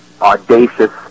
audacious